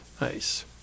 Nice